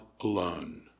alone